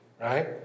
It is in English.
Right